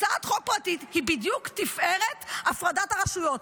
הצעת חוק פרטית היא בדיוק תפארת הפרדת הרשויות.